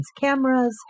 cameras